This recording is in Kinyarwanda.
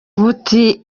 buti